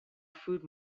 food